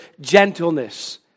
gentleness